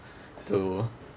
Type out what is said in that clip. to